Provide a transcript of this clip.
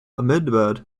ahmedabad